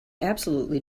absolutely